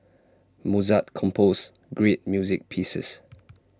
Mozart composed great music pieces